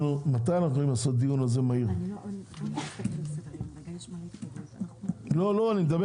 אחד מאנשי המקצוע בממשל אתם צריכים לתת